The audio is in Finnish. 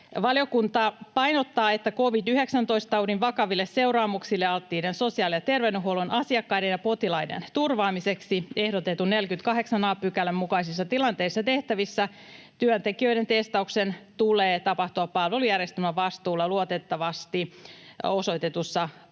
Valiokunta painottaa, että covid-19-taudin vakaville seuraamuksille alttiiden sosiaali- ja terveydenhuollon asiakkaiden ja potilaiden turvaamiseksi ehdotetun 48 a §:n mukaisissa tilanteissa ja tehtävissä työntekijöiden testauksen tulee tapahtua palvelujärjestelmän vastuulla luotettavasti osoitetussa paikassa.